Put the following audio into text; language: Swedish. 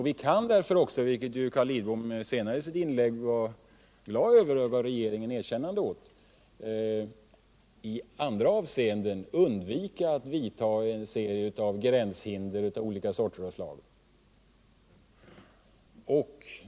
Vi kan, vilket Carl Lidbom senare i sitt inlägg var glad över och gav regeringen erkännande för, i andra avseenden undvika en serie gränshinder av olika slag.